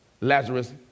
Lazarus